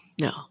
No